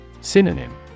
Synonym